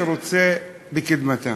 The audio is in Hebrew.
שרוצה בקדמתם.